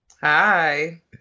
Hi